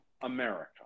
America